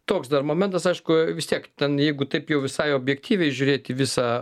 toks dar momentas aišku vis tiek ten jeigu taip jau visai objektyviai žiūrėt į visą